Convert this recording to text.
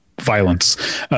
violence